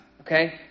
okay